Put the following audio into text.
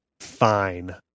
Fine